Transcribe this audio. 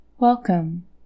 Welcome